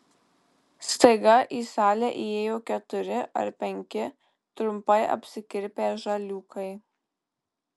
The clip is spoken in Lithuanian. staiga į salę įėjo keturi ar penki trumpai apsikirpę žaliūkai